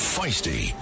Feisty